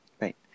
right